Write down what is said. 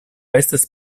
estas